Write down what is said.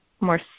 more